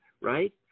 right